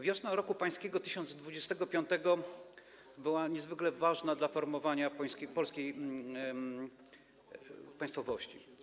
Wiosna roku Pańskiego 1025 była niezwykle ważna dla formowania polskiej państwowości.